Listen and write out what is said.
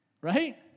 Right